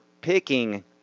picking